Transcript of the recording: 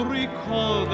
recall